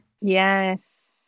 yes